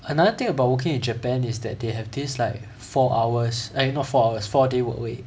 another thing about working in japan is that they have this like four hours eh not four hours four day work week